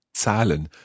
Zahlen